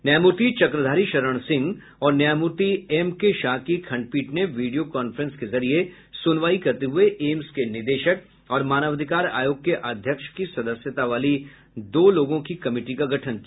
न्यायमूर्ति चक्रधारी शरण सिंह और न्यायमूर्ति एम के शाह की खंडपीठ ने वीडियो कांफ्रेंस के जरिए सुनवाई करते हुए एम्स के निदेशक और मानवाधिकार आयोग के अध्यक्ष की सदस्यता वाली दो लोगों की कमिटी का गठन किया